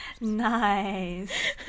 nice